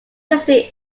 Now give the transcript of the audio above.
listed